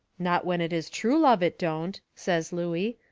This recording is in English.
not when it is true love it don't, says looey.